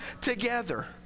together